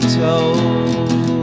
told